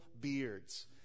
beards